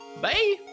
Bye